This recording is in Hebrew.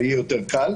זה יהיה יותר קל.